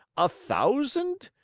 a thousand,